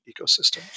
ecosystem